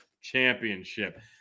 Championship